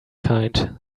kind